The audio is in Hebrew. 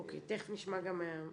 אוקי, תיכף נשמע גם מהמוסדות.